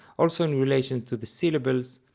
also in relation to the syllables,